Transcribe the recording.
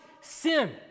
sin